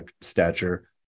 stature